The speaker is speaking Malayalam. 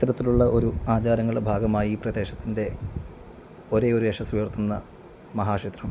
അത്തരത്തിലുള്ള ഒരു ആചാരങ്ങളുടെ ഭാഗമായി ഈ പ്രദേശത്തിൻ്റെ ഒരേയൊരു യശസ്സുയർത്തുന്ന മഹാക്ഷേത്രം